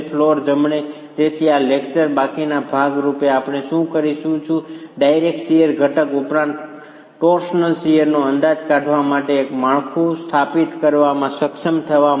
floor જમણે તેથી આ લેક્ચરના બાકીના ભાગમાં આપણે શું કરીશું તે છે ડાયરેક્ટ શીયર ઘટક ઉપરાંત ટોર્સનલ શીયરનો અંદાજ કાઢવા માટે એક માળખું સ્થાપિત કરવામાં સક્ષમ થવા માટે